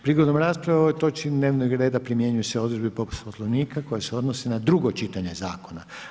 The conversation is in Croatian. Prigodom rasprave o ovoj točki dnevnog reda primjenjuju se odredbe Poslovnika koje se odnose na drugo čitanje zakona.